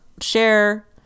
share